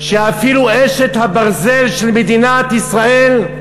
אפילו אשת הברזל של מדינת ישראל,